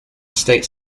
state